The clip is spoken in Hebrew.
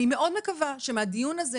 אני מאוד מקווה שמהדיון הזה,